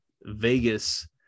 Vegas